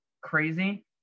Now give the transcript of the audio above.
crazy